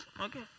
Okay